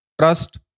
trust